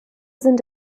sind